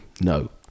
No